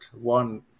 one